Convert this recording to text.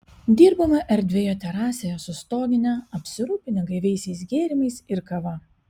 dirbome erdvioje terasoje su stogine apsirūpinę gaiviaisiais gėrimais ir kava